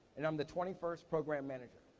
and i'm the twenty first program manager.